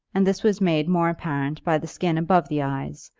and this was made more apparent by the skin above the eyes,